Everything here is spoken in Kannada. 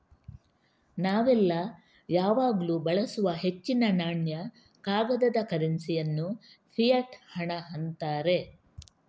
ನಾವೆಲ್ಲ ಯಾವಾಗ್ಲೂ ಬಳಸುವ ಹೆಚ್ಚಿನ ನಾಣ್ಯ, ಕಾಗದದ ಕರೆನ್ಸಿ ಅನ್ನು ಫಿಯಟ್ ಹಣ ಅಂತಾರೆ